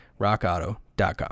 rockauto.com